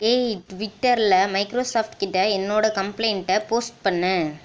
ஏய் ட்விட்டரில் மைக்ரோசாஃப்ட் கிட்டே என்னோட கம்ப்ளைண்ட்டை போஸ்ட் பண்ணு